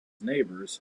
neighbors